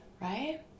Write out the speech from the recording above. Right